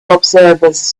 observers